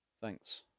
thanks